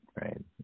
right